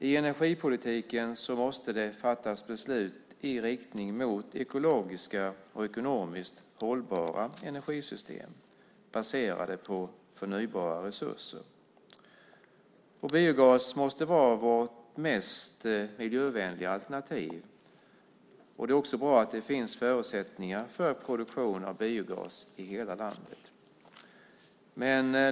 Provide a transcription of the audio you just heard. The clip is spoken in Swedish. I energipolitiken måste beslut fattas i riktning mot ekologiskt och ekonomiskt hållbara energisystem baserade på förnybara resurser. Biogas måste vara vårt mest miljövänliga alternativ. Det är också bra att det finns förutsättningar för produktion av biogas i hela landet.